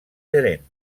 gerent